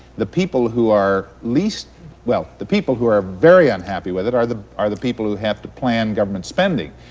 the people who are least well, the people who are very unhappy with it are the are the people who have to plan government spending,